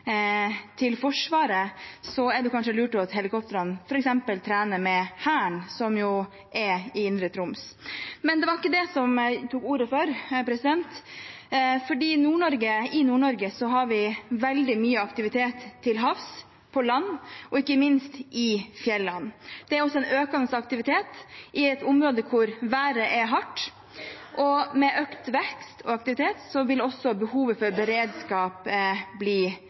til Forsvaret, er det kanskje lurt at helikoptrene f.eks. trener med Hæren, som jo er i indre Troms. Men det var ikke det jeg tok ordet for. I Nord-Norge har vi veldig mye aktivitet til havs, på land og ikke minst i fjellene. Det er også en økende aktivitet i et område hvor været er hardt, og med økt vekst og aktivitet vil også behovet for beredskap bli